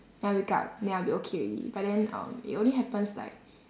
then I wake up then I will be okay already but then um it only happens like